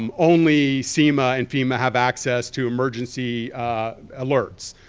um only sema and fema have access to emergency alerts.